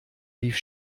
lief